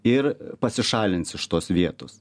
ir pasišalins iš tos vietos